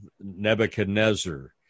Nebuchadnezzar